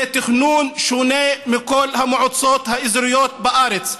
זה תכנון שונה מבכל המועצות האזוריות בארץ.